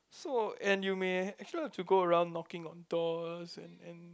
so and you may actually have to go around knocking on doors and and